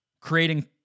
creating